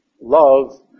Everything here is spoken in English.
love